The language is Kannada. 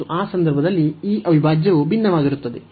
ಮತ್ತು ಆ ಸಂದರ್ಭದಲ್ಲಿ ಈ ಅವಿಭಾಜ್ಯವು ಭಿನ್ನವಾಗಿರುತ್ತದೆ